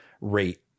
rate